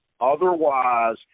Otherwise